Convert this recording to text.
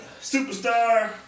Superstar